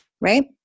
right